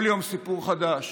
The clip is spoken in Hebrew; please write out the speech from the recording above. כל יום סיפור חדש.